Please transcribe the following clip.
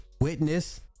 witness